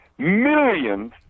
millions